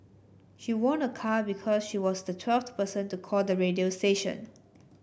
she won a car because she was the twelfth person to call the radio station